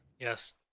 yes